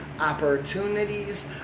opportunities